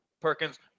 Perkins